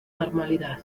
normalidad